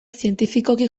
zientifikoki